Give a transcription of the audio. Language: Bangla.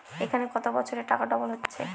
এখন কত বছরে টাকা ডবল হচ্ছে?